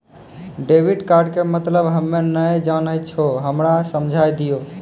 Debit card के मतलब हम्मे नैय जानै छौ हमरा समझाय दियौ?